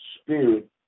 spirit